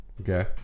Okay